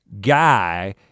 Guy